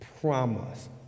promise